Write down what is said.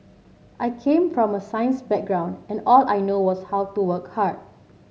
I came from a science background and all I knew was how to work hard